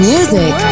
Music